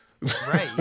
Right